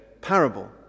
parable